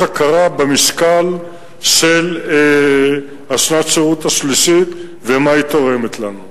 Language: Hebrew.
הכרה במשקל של שנת השירות השלישית ומה היא תורמת לנו.